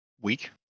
week